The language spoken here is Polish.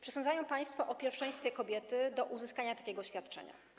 Przesądzają państwo o pierwszeństwie kobiety do uzyskania takiego świadczenia.